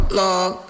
log